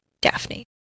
Daphne